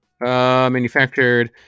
Manufactured